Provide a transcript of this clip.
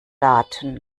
daten